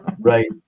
right